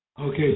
Okay